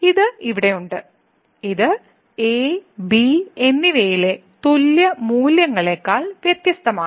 ഇത് ഇവിടെയുണ്ട് ഇത് a b എന്നിവയിലെ തുല്യ മൂല്യങ്ങളേക്കാൾ വ്യത്യസ്തമാണ്